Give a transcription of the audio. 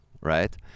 right